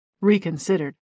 reconsidered